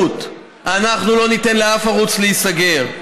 אנחנו לא ניתן לאף ערוץ להיסגר.